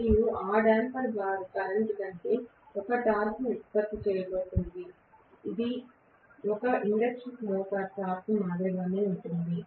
మరియు ఆ damper bar current ఒక టార్క్ను ఉత్పత్తి చేయబోతోంది ఇది ఒక ఇండక్షన్ మోటార్ టార్క్ మాదిరిగానే ఉంటుంది